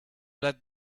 let